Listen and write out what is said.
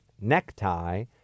necktie